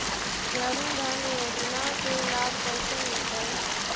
जन धान योजना के लाभ कैसे मिलतै?